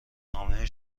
نامه